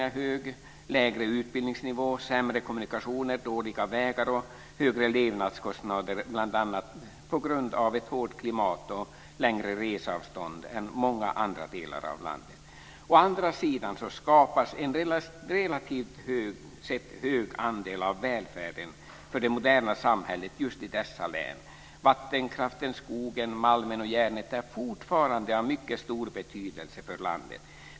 Man har också lägre utbildningsnivå, sämre kommunikationer, dåliga vägar och högre levnadskostnader bl.a. på grund av ett hårt klimat och längre reseavstånd än i många andra delar av landet. Å andra sidan skapas en relativt sett hög andel av välfärden för det moderna samhället just i dessa län. Vattenkraften, skogen, malmen och järnet är fortfarande av mycket stor betydelse för landet.